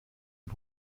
und